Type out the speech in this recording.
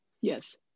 Yes